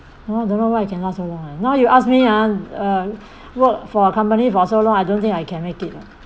don't know why I can last so long eh now you ask me ah uh work for a company for so long I don't think I can make it lah